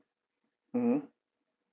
mmhmm